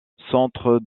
centre